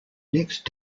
next